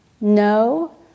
No